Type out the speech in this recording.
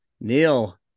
Neil